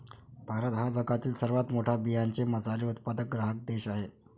भारत हा जगातील सर्वात मोठा बियांचे मसाले उत्पादक ग्राहक देश आहे